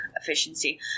efficiency